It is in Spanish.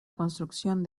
construcción